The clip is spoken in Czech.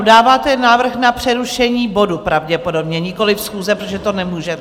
Dáváte návrh na přerušení bodu pravděpodobně, nikoliv schůze, protože to nemůžete?